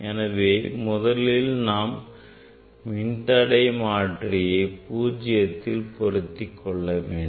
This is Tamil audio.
எனவே முதலில் நாம் மின்தடை மாற்றி பூஜ்ஜியத்தில் பொருத்திக்கொள்ள வேண்டும்